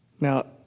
Now